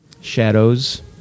Shadows